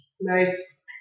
Nice